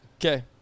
Okay